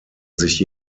sich